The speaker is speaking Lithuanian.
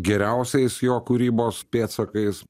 geriausiais jo kūrybos pėdsakais